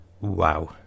Wow